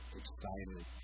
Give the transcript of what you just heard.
excited